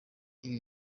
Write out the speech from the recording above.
ibi